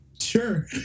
Sure